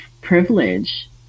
privilege